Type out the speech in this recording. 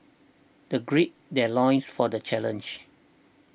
the gird their loins for the challenge